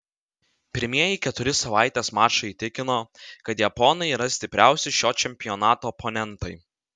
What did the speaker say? pirmieji keturi savaitės mačai įtikino kad japonai yra stipriausi šio čempionato oponentai